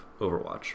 Overwatch